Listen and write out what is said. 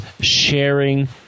sharing